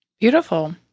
Beautiful